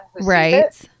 Right